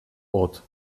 ort